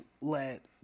let